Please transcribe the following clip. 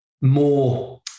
more